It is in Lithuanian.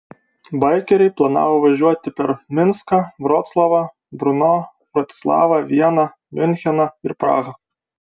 baikeriai planavo važiuoti per minską vroclavą brno bratislavą vieną miuncheną ir prahą